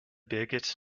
birgit